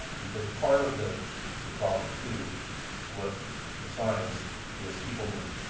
because part of the the problem too with the signs is people move.